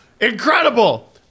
Incredible